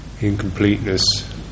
incompleteness